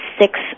six